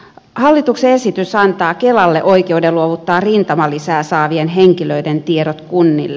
hallituksen esitys antaa kelalle oikeuden luovuttaa rintamalisää saavien henkilöiden tiedot kunnille